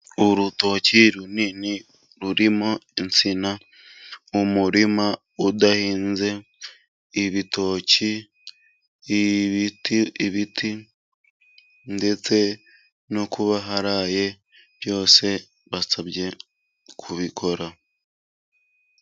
Urutoki runini rurimo insina, umurima udahinze ibitoki, ibiti, ibiti ndetse no kuba haraye byose basabye kubikora.